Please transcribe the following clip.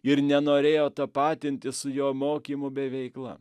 ir nenorėjo tapatintis su jo mokymu bei veikla